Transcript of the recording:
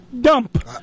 Dump